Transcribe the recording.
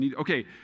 Okay